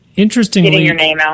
Interestingly